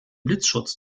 blitzschutz